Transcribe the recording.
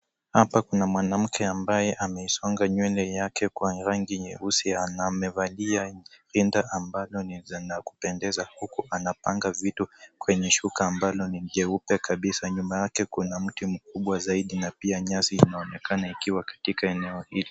Hapa kuna mwanamke ambaye amesonga nywele yake kwa rangi nyeusi na amevalia rinda ambalo ni la kupendeza huku anapanga vitu kwenye shuka ambalo ni jeupe kabisa. Nyuma yake kuna mti mkubwa zaidi na pia nyasi inaonekana ikiwa katika eneo hili.